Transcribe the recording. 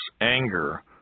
anger